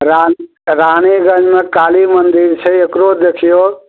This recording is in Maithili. रानी रानीगंजमे काली मन्दिर छै एकरो देखियौ